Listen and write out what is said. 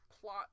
plot